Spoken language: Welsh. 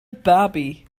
babi